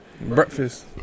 Breakfast